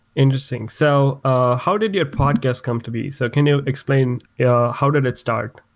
interesting. so ah how did your podcast come to be? so can you explain yeah how did it start?